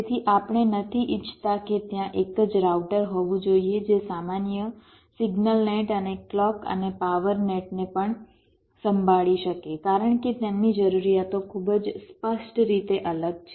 તેથી આપણે નથી ઈચ્છતા કે ત્યાં એક જ રાઉટર હોવું જોઈએ જે સામાન્ય સિગ્નલ નેટ અને ક્લૉક અને પાવર નેટને પણ સંભાળી શકે કારણ કે તેમની જરૂરિયાતો ખૂબ જ સ્પષ્ટ રીતે અલગ છે